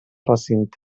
recinte